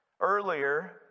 earlier